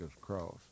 Cross